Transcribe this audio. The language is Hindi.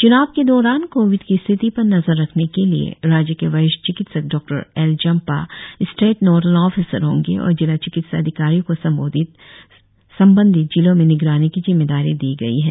च्नाव के दौरान कोविड की स्थिति पर नजर रखने के लिए राज्य के वरिष्ठ चिकित्सक Dr L Jampa state nodal officer होंगे और जिला चिकित्सा अधिकारियों को संबंधित जिलों में निगरानी की जिम्मेदारी दी गई है